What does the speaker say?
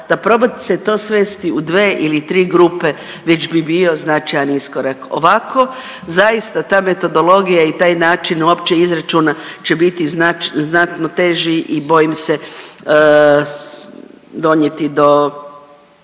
da proba se to svesti u 2 ili 3 grupe već bi bio značajan iskorak, ovako zaista ta metodologija i taj način uopće izračuna će biti znatno teži i bojim se donijeti do